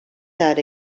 that